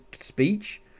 speech